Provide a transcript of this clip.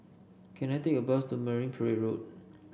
can I take a bus to Marine Parade Road